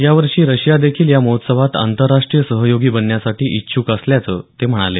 यावर्षी रशियादेखील या महोत्सवात आंतरराष्ट्रीय सहयोगी बनण्यासाठी इच्छुक असल्याचं ते म्हणाले